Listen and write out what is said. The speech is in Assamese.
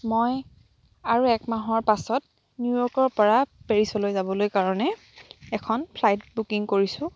মই আৰু এক মাহৰ পাছত নিউয়ৰ্কৰ পৰা পেৰিছলৈ যাবলৈ কাৰণে এখন ফ্লাইট বুকিং কৰিছো